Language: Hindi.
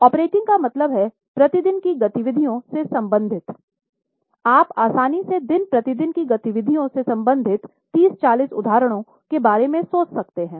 ऑपरेटिंग का मतलब प्रतिदिन की गतिविधियों से संबंधित है आप आसानी से दिन प्रतिदिन की गतिविधियों से संबंधित 30 40 उदाहरणों के बारे में सोच सकते हैं